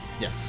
Yes